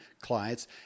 clients